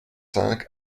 cinq